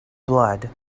blood